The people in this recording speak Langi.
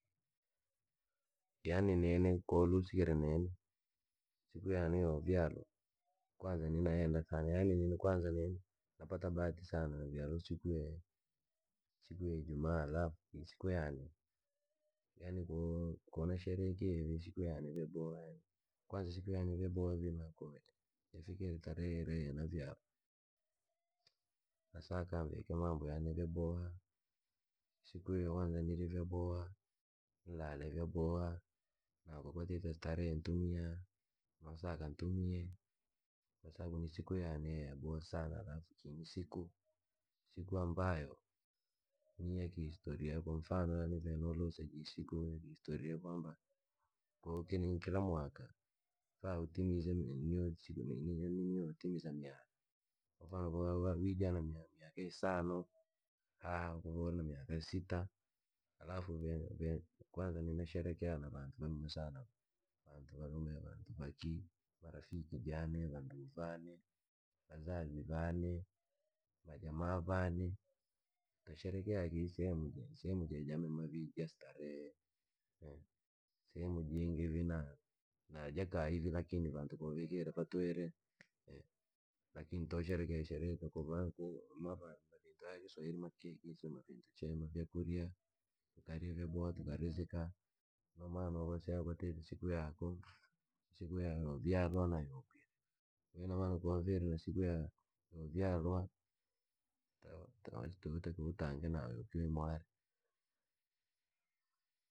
Yaani nini kulusila nini, siku yaane yoo vyalwa, kwanaza ninayenda sana yaani nini kwanza nini, napata bahati sana navyalwa siku ya, siku ya ijumaa halafu ni siku yaane, yaani koo- ko nasherehekie siku yaane yaboha. Kwanza siku yaane yaboha vii maa koele, yafikire tarehe yeane yo vyalwa, na sakanvike mambo yane vyaboha, siku iyo kwanza ndiye vyaboha, nilale vyaboha, na ko kwatite starehe ntumia, nosaka ntumie, kwasababu ni siku yaane ye yaboha sana halafu kii ni siku. Siku ambayo, ni ya kihistoria kwamfano yaani ko ve no luusa siku ya kihistoria kwamba, ko kiri nkira mwaka, fa utimize niniusiku niniunitimiza miaka, kwa mfano wawa wiija na mia- miyaka isano, kuvauri na miaka sita, halafu vivi kwanza nasheherekea na vantu vamema sana, vantu valume na vantu vakii marafiki jaane, vanduu vane, vazazi vane, majamaa vane. Twasheherekea kii sehemu jee sehemu jamema vii ja starehe, sehemu jingi vii na ja kaayi vii lakini vantu vikiire vatwire, tukarye vyaboha tukaizika, lakini tosherehekea isherehe tukuvaku navantu alibadili tayaliso ilimakei kinsukenta chema no mana uvasea kwatite siku yaako, ni siku yalo vyalwa na yoo kwia, ko ina maana konwavire na siku yaako, yoo vyalwa, ntawa ntawa yootakiwa utenge na wewe kwia imware.